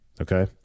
okay